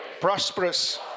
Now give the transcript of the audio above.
prosperous